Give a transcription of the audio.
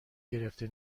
گرفته